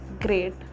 great